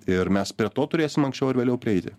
ir mes prie to turėsim anksčiau ar vėliau prieiti